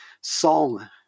song